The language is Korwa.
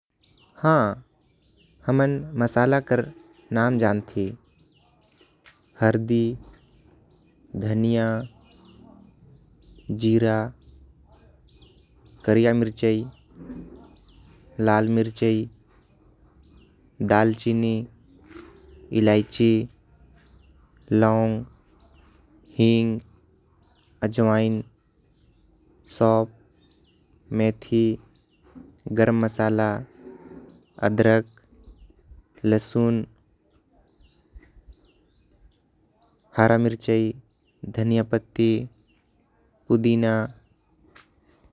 ह हमन मसाला कर नाम जानती हरदी धनिया। जीरा, कारिया मिर्चाई, लाल मिर्चाई, दाल चीनी, इलायची, लांग। हींग, अजवाइन, सौंप, मेथी, गरम मसाला, अदरक। लहसुन, हरा मिर्चा, ई धनिया पत्ती, पुदीना।